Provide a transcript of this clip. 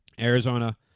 Arizona